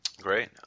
Great